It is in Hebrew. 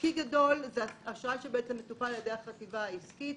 עסקי גדול זה אשראי שמטופל על ידי החטיבה העסקית.